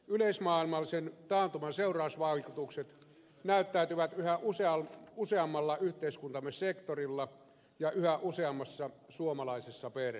yleismaailmallisen taantuman seurausvaikutukset näyttäytyvät yhä useammalla yhteiskuntamme sektorilla ja yhä useammassa suomalaisessa perheessä